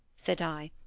said i,